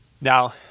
Now